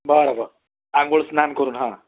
बरं बरं आंघोळ स्नान करून हां